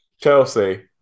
Chelsea